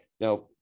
Now